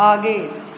आगे